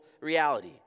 reality